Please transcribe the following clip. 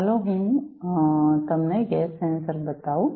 ચાલો હું તમને ગેસ સેન્સર બતાવું